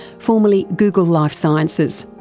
formerly google life sciences.